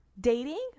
dating